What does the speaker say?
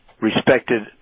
respected